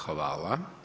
Hvala.